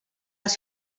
les